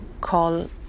call